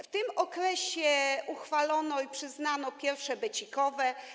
W tym okresie uchwalono i przyznano pierwsze becikowe.